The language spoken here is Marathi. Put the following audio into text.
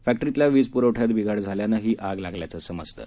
फक्मट्रीतल्या वीज प्रवठ्यात बिघा झाल्यानं ही आग लागल्याचं समजतं